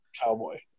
Cowboy